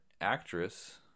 actress